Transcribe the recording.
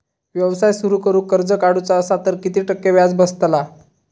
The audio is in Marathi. व्यवसाय सुरु करूक कर्ज काढूचा असा तर किती टक्के व्याज बसतला?